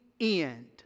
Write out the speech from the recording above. end